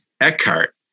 Eckhart